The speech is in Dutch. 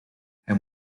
hij